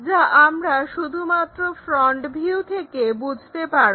যা আমরা শুধুমাত্র ফ্রন্ট ভিউ থেকে বুঝতে পারব